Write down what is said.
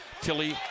Tilly